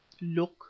Look